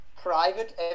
private